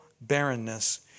barrenness